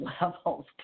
levels